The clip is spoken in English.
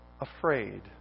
afraid